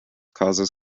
causes